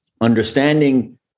understanding